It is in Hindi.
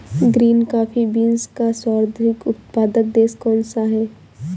ग्रीन कॉफी बीन्स का सर्वाधिक उत्पादक देश कौन सा है?